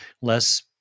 less